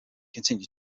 continue